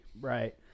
Right